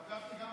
הרב גפני,